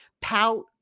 pout